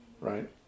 right